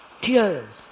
tears